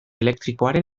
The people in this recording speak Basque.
elektrikoaren